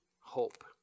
hope